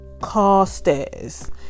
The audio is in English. Carstairs